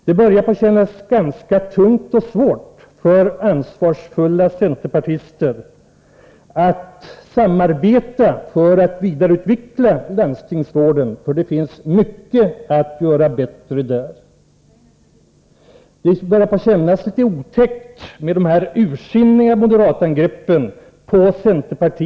Det börjar kännas ganska tungt och svårt för ansvarsfulla centerpartister att samarbeta för att vidareutveckla landstingsvården — det finns mycket därvidlag som behöver bli bättre. Det börjar också kännas litet otäckt med moderaternas ursinniga angrepp mot oss i centerpartiet.